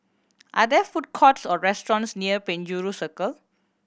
are there food courts or restaurants near Penjuru Circle